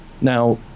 Now